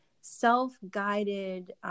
self-guided